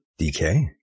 DK